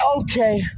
okay